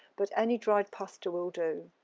but any dried pasta will do.